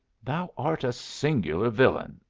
thou art a singular villain,